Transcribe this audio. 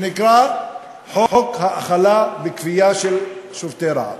שנקרא חוק האכלה בכפייה של שובתי רעב.